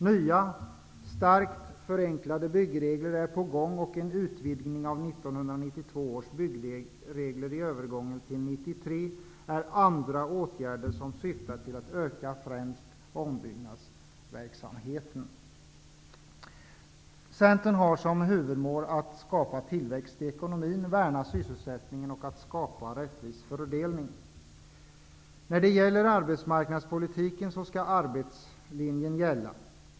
Nya starkt förenklade byggregler är på gång, och en utvidgning av 1992 års byggregler vid övergången till 1993 är andra åtgärder som syftar till att öka främst ombyggnadsverksamheten. Centern har som huvudmål att skapa tillväxt i ekonomin, värna sysselsättningen och skapa en rättvis fördelning. När det gäller arbetsmarknadspolitiken skall arbetslinjen gälla.